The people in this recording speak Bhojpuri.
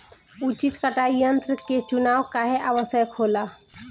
उचित कटाई यंत्र क चुनाव काहें आवश्यक होला?